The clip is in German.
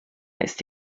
ist